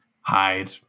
hide